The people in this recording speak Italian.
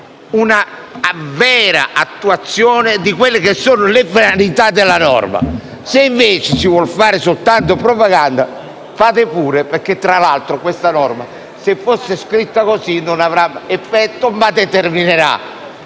una vera attuazione delle finalità della norma. Se invece si vuole fare soltanto propaganda, fate pure, perché tra l'altro questa norma, scritta così, non avrà effetto, ma determinerà